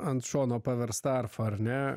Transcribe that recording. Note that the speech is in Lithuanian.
ant šono paversta arfa ar ne